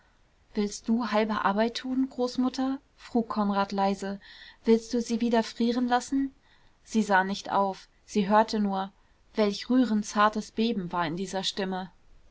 willst du halbe arbeit tun großmutter frug konrad leise willst du sie wieder frieren lassen sie sah nicht auf sie hörte nur welch rührend zartes beben war in dieser stimme